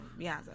Beyonce